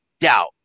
doubt